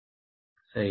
सही